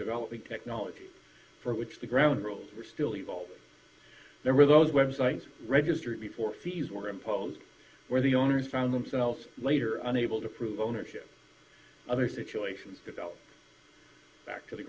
developing technology for which the ground rules were still evolving there were those websites registered before fees were imposed where the owners found themselves later unable to prove ownership of a situation without back to the